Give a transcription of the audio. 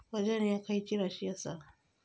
वजन ह्या खैची राशी असा?